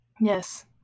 Yes